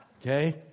Okay